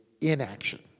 inaction